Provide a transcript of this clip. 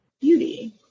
Beauty